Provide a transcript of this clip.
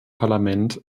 parlament